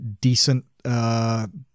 decent